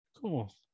cool